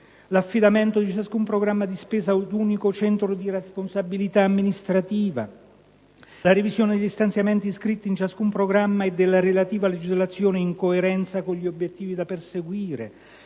l'affidamento di ciascun programma di spesa ad un unico centro di responsabilità amministrativa; revisione degli stanziamenti iscritti in ciascun programma e della relativa legislazione in coerenza con gli obiettivi da perseguire;